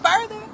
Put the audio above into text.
further